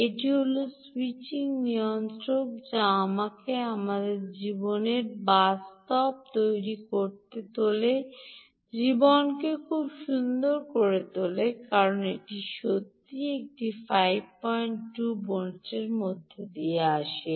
এটি হল স্যুইচিং নিয়ন্ত্রক যা আমাদের জীবনকে বাস্তবে তৈরি করে তোলে জীবনকে খুব সুন্দর করে তোলে কারণ এটি সত্যই এই 52 ভোল্টের মধ্যে নিয়ে আসে